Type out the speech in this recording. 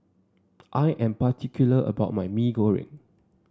I am particular about my Maggi Goreng